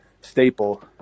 staple